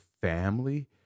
family